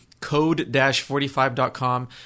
code-45.com